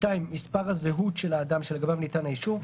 מספר הזהות של האדם שלגביו ניתן האישור,